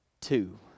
two